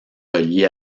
reliés